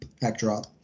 backdrop